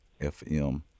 FM